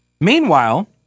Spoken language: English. Meanwhile